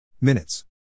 Minutes